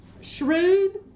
shrewd